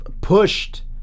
pushed